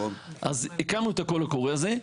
אז הקמנו את הקול קורא הזה.